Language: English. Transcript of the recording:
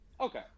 Okay